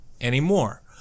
anymore